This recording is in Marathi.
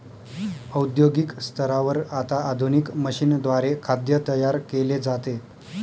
औद्योगिक स्तरावर आता आधुनिक मशीनद्वारे खाद्य तयार केले जाते